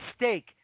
mistake